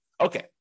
Okay